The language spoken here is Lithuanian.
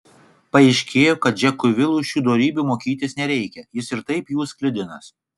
paaiškėjo kad džekui vilui šių dorybių mokytis nereikia jis ir taip jų sklidinas